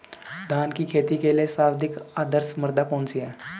धान की खेती के लिए सर्वाधिक आदर्श मृदा कौन सी है?